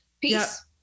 Peace